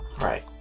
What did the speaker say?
Right